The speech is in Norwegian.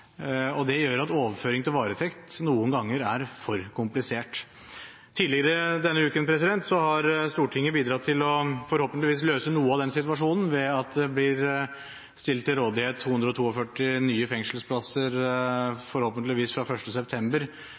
tallene. Det gjør at overføring til varetekt noen ganger er for komplisert. Tidligere denne uken har Stortinget forhåpentligvis bidratt til å løse noe av den situasjonen ved at det blir stilt til rådighet 242 nye fengselsplasser, forhåpentligvis fra 1. september